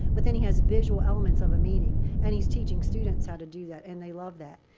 but then he has visual elements of a meeting. and he's teaching students how to do that. and they love that.